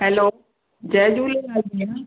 hello जय झूलेलाल भेण